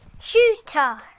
Shooter